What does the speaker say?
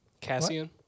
Cassian